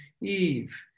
Eve